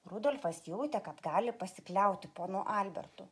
rudolfas jautė kad gali pasikliauti ponu albertu